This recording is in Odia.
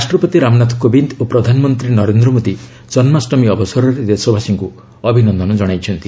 ରାଷ୍ଟ୍ରପତି ରାମନାଥ କୋବିନ୍ଦ ଓ ପ୍ରଧାନମନ୍ତ୍ରୀ ନରେନ୍ଦ୍ର ମୋଦୀ ଜନ୍ମାଷ୍ଟମୀ ଅବସରରେ ଦେଶବାସୀଙ୍କୁ ଅଭିନନ୍ଦନ କ୍ଷାଇଛନ୍ତି